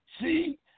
See